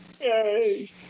Yay